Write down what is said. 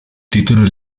títulos